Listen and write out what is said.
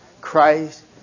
Christ